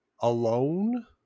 alone